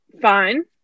fine